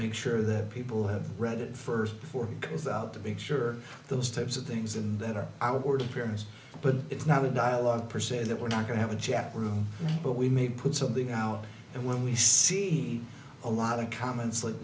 make sure that people have read it first before it is out to make sure those types of things and that are outward appearance but it's not a dialogue per se that we're not going to have a chat room but we may put something out and when we see a lot of comments like